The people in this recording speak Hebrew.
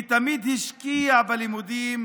ותמיד השקיע בלימודים,